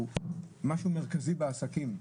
משהו מרכזי בעסקים.